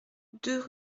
deux